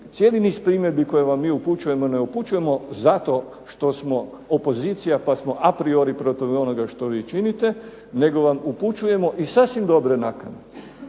cijeli niz primjedbi koje vam mi upućujemo i ne upućujemo zato što smo opozicija pa smo apriori protiv onoga što vi činite, nego vam upućujemo i sasvim dobre nakane